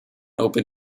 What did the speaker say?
open